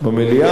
מה אתה מציע,